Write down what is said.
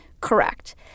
correct